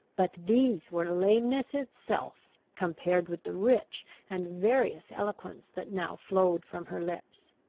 but these were lameness itself, compared with the rich and various eloquence that now flowed from her lips.